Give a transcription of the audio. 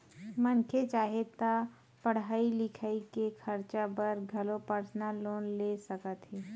मनखे चाहे ता पड़हई लिखई के खरचा बर घलो परसनल लोन ले सकत हे